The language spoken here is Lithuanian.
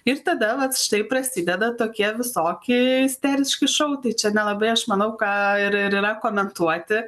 ir tada vat štai prasideda tokie visoki isteriški šou tai čia nelabai aš manau ką ir ir yra komentuoti